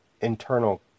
internal